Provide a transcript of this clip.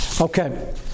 Okay